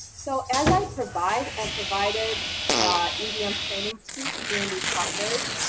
so as i provide and provided ebm um training to community partners,